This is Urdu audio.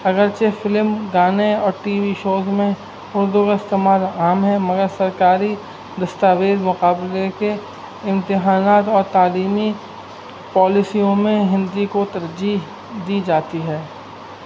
اگرچہ فلم گانے اور ٹی وی شوز میں اردو کا استعمال عام ہے مگر سرکاری دستاویز مقابلے کے امتحانات اور تعلیمی پالیسیوں میں ہندی کو ترجیح دی جاتی ہے